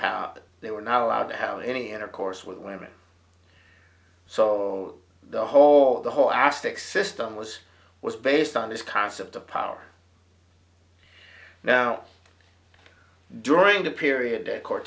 how they were not allowed to have any intercourse with women so the whole the whole aspect system was was based on this concept of power now during the period